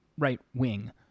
right-wing